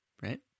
Right